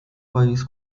país